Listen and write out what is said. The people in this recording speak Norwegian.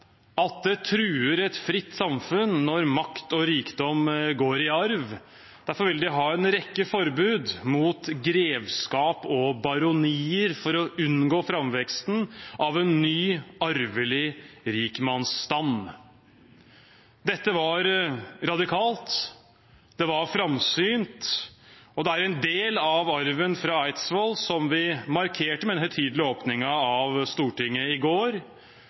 at det truer et fritt samfunn når makt og rikdom går i arv. Derfor ville de ha en rekke forbud mot grevskap og baronier for å unngå framveksten av en ny arvelig rikmannsstand. Dette var radikalt, det var framsynt, og det er en del av arven fra Eidsvoll som vi markerte med den høytidelige åpningen av Stortinget i går.